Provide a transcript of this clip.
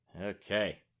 Okay